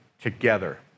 together